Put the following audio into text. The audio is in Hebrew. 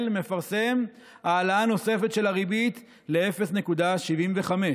מפרסם העלאה נוספת של הריבית ל-0.75%,